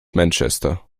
manchester